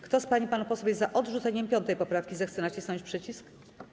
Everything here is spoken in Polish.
Kto z pań i panów posłów jest za odrzuceniem 5. poprawki, zechce nacisnąć przycisk.